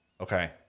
Okay